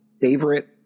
favorite